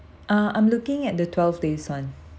uh I'm looking at the twelve days [one]